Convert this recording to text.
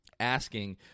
asking